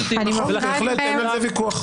אין על זה ויכוח.